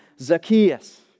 Zacchaeus